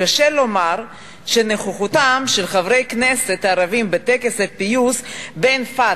קשה לומר שנוכחותם של חברי הכנסת הערבים בטקס הפיוס בין ה"פתח"